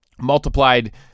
multiplied –